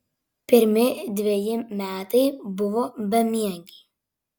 pirmi dveji metai buvo bemiegiai